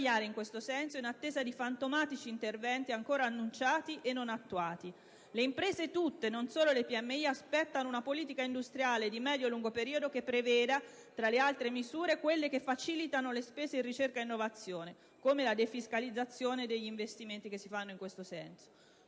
in questo senso in attesa di fantomatici interventi ancora annunciati e non attuati. Le imprese tutte e non solo le PMI aspettano una politica industriale di medio-lungo periodo che preveda tra le altre misure quelle che facilitino le spese in ricerca e innovazione (come la defiscalizzazione degli investimenti fatti in tal senso).